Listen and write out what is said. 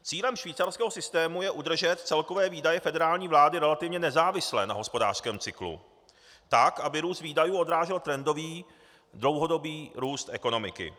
Cílem švýcarského systému je udržet celkové výdaje federální vlády relativně nezávisle na hospodářském cyklu tak, aby růst výdajů odrážel trendový dlouhodobý růst ekonomiky.